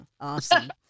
awesome